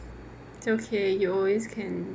it's okay you always can